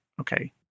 okay